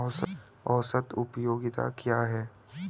औसत उपयोगिता क्या है?